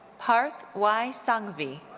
parth y. sanghvi.